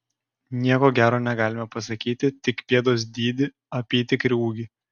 nieko gero negalime pasakyti tik pėdos dydį apytikrį ūgį